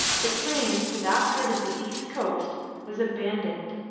the claim to that part of the east coast was abandoned,